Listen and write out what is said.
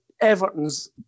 Everton's